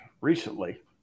recently